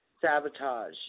sabotage